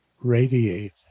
radiate